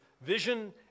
vision